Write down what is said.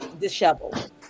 disheveled